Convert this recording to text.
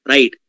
Right